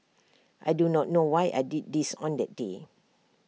I do not know why I did this on that day